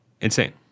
insane